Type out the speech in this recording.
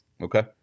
Okay